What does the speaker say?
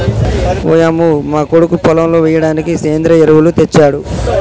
ఓయంమో మా కొడుకు పొలంలో ఎయ్యిడానికి సెంద్రియ ఎరువులు తెచ్చాడు